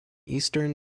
eastern